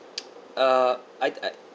uh I I